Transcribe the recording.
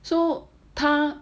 so 他